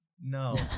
No